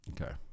Okay